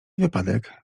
wypadek